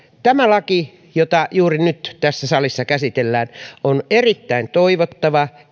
tämä laki jota juuri nyt tässä salissa käsitellään on erittäin toivottava